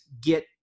get